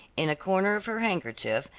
in a corner of her handkerchief,